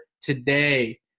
today